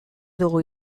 dugu